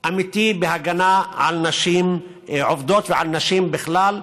אמיתי בהגנה על נשים עובדות ועל נשים בכלל.